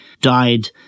died